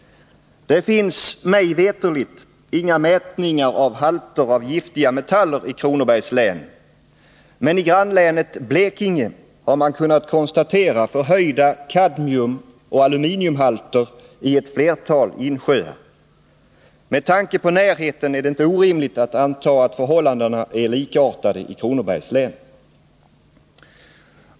Det finns, mig veterligt, inga mätningar av halter av giftiga metaller i Kronobergs län, men i grannlänet Blekinge har man kunnat konstatera förhöjda kadmiumoch aluminiumhalter i ett flertal insjöar. Med tanke på närheten är det inte orimligt att antaga att förhållandena är likartade i Kronobergs län.